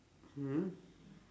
mm